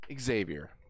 Xavier